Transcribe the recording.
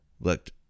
looked